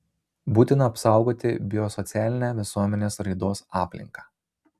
būtina apsaugoti biosocialinę visuomenės raidos aplinką